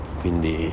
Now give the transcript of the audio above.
quindi